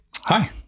Hi